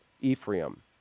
Ephraim